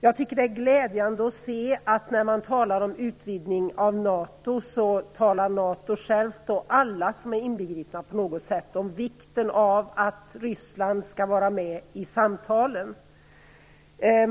Jag tycker att det är glädjande att se att när det gäller utvidgning av NATO talar NATO självt och alla som på något sätt är inbegripna i detta om vikten av att Ryssland skall vara med i samtalen.